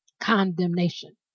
condemnation